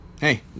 hey